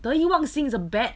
得意忘形 is a bet